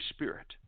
Spirit